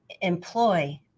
employ